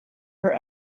her